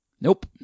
Nope